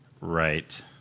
Right